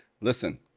Listen